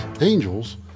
angels